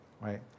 right